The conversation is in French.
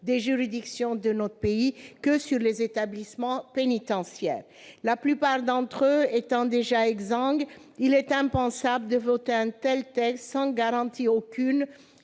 des juridictions de notre pays que sur les établissements pénitentiaires. La plupart d'entre eux étant déjà exsangues, il est impensable d'adopter un tel texte sans garantie aucune